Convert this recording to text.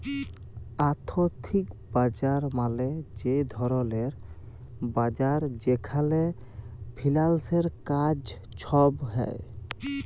আথ্থিক বাজার মালে যে ধরলের বাজার যেখালে ফিল্যালসের কাজ ছব হ্যয়